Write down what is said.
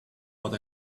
what